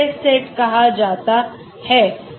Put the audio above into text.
इसे test set कहा जाता है